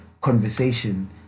conversation